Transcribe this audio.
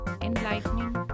enlightening